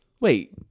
Wait